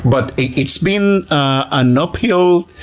but it's been an uphill,